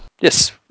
Yes